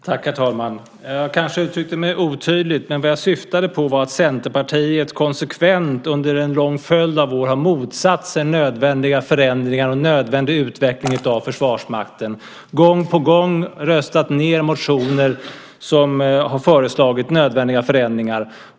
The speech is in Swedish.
Herr talman! Jag kanske uttryckte mig otydligt, men vad jag syftade på var att Centerpartiet konsekvent under en lång följd av år har motsatt sig nödvändiga förändringar och nödvändig utveckling av Försvarsmakten och gång på gång röstat mot motioner där man har föreslagit nödvändiga förändringar.